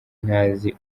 ntazi